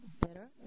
better